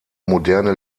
moderne